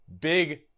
Big